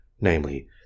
namely